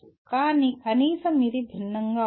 కానీ కనీసం ఇది భిన్నంగా ఉంటుంది